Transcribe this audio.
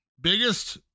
Biggest